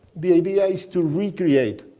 the idea is to recreate